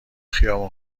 خیابان